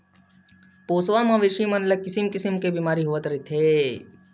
पोसवा मवेशी मन ल किसम किसम के बेमारी होवत रहिथे